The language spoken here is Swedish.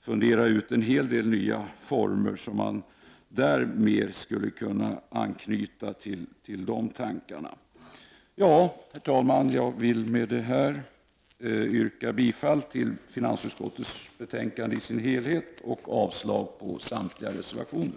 fundera ut en hel del nya former som man skulle kunna anknyta till. Herr talman! Jag vill med det här yrka bifall till finansutskottets hemställan i dess helhet och avslag på samtliga reservationer.